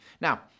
Now